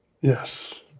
Yes